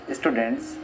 students